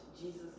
Jesus